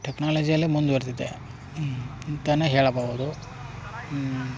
ಟೆಕ್ನಾಲಜಿಯಲ್ಲಿ ಮುಂದುವರ್ದಿದೆ ಅಂತಲೇ ಹೇಳಬೌದು